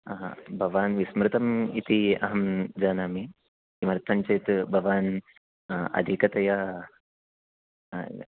अहा भवान् विस्मृतम् इति अहं जानामि किमर्थम् चेत् भवान् अधिकतया